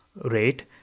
rate